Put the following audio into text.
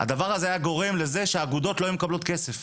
הדבר הזה היה גורם שהאגודות לא היו מקבלות כסף.